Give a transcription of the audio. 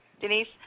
Denise